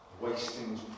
wasting